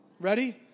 Ready